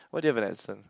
why do you have an accent